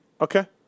Okay